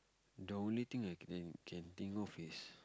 the only thing I can can think of is